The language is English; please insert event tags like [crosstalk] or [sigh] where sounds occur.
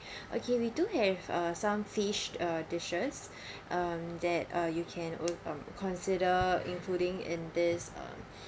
[breath] okay we do have uh some fish uh dishes [breath] um that uh you can al~ um consider including in this